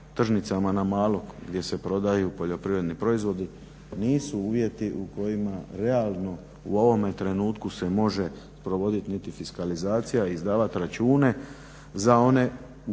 na malo gdje se prodaju poljoprivredni proizvodi nisu uvjeti u kojima realno u ovom trenutku se može provoditi niti fiskalizacija i izdavati račune za one za